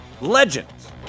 legends